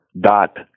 dot